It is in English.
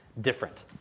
different